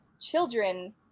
children